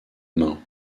main